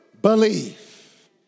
believe